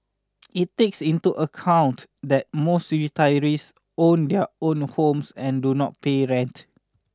it takes into account that most retirees own their own homes and do not pay rent